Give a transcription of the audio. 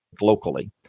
locally